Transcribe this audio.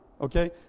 okay